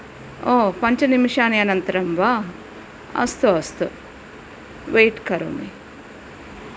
ओ पञ्चनिमेषाः अनन्तरं वा अस्तु अस्तु वैट् करोमि